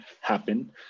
happen